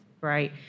right